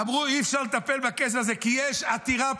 אמרו: אי-אפשר לטפל בקייס הזה כי יש עתירה פתוחה,